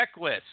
checklist